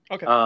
Okay